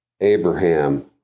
Abraham